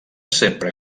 sempre